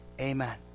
Amen